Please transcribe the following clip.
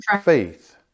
Faith